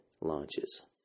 launches